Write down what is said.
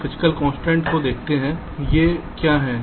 तो भौतिक कंस्ट्रेंट्स को देखते हैं कि ये क्या हैं